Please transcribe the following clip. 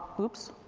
oops,